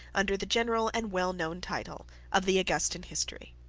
under the general and well-known title of the augustan history.